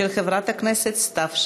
מס' 5024, של חברת הכנסת סתיו שפיר.